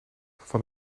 van